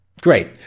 Great